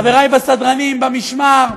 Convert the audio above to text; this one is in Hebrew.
חברי בסדרנים, במשמר,